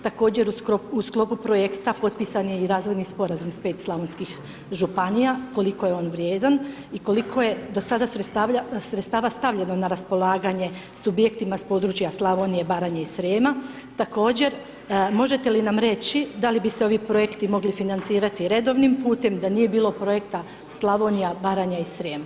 Također u sklopu projekta potpisan je i razvojni sporazum s 5 razvojnih županija, koliko je on vrijedan i koliko je do sada sredstava stavljeno na raspolaganje subjektima s područje Slavonije, Baranje i Srijema, također, možete li nam reći da li bi se ovi projekti mogli financirati redovnim putem, da nije bilo projekta Slavonija Baranja i Srijem, hvala.